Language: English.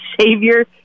savior